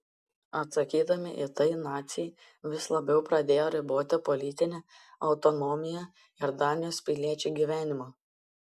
atsakydami į tai naciai vis labiau pradėjo riboti politinę autonomiją ir danijos piliečių gyvenimą